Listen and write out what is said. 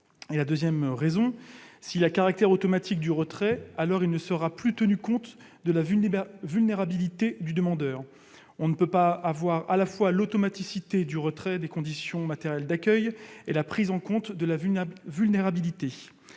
D'autre part, ce caractère automatique du retrait ne permet plus de prendre en compte la vulnérabilité du demandeur. On ne peut avoir à la fois l'automaticité du retrait des conditions matérielles d'accueil et la prise en compte de la vulnérabilité.